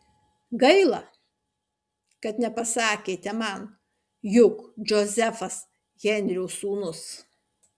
gaila kad nepasakėte man jog džozefas henrio sūnus